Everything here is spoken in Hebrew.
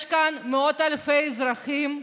יש כאן מאות אלפי אזרחים,